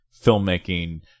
filmmaking